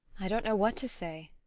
i don't know what to say.